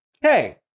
hey